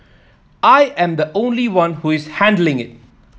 I am the only one who is handling it